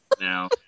now